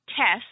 test